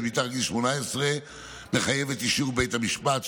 מתחת לגיל 18 יחייב את אישור בית המשפט,